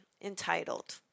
entitled